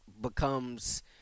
becomes